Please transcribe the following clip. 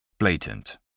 Blatant